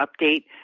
update